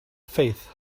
faith